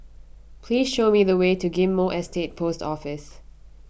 please show me the way to Ghim Moh Estate Post Office